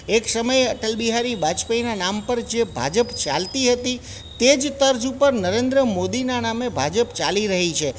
એક સમયે અટલ બિહારી બાજપાઈના નામ પર જે ભાજપ ચાલતી હતી તે જ તર્જ ઉપર નરેન્દ્ર મોદીના નામે ભાજપ ચાલી રહી છે